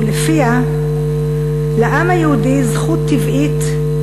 שלפיה לעם היהודי זכות טבעית,